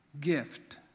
gift